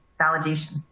validation